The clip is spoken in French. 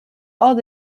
hors